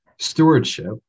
stewardship